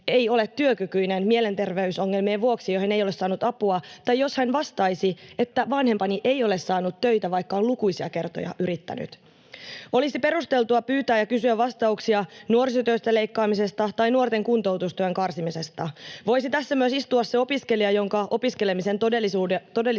ei ole työkykyinen mielenterveysongelmien vuoksi, joihin ei ole saanut apua, tai jos hän vastaisi, että vanhempani ei ole saanut töitä, vaikka on lukuisia kertoja yrittänyt? Olisi perusteltua pyytää ja kysyä vastauksia nuorisotyöstä leikkaamisesta tai nuorten kuntoutustuen karsimisesta. Tässä myös voisi istua se opiskelija, jonka opiskelemisen todellisia